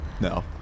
No